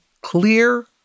clear